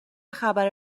خبر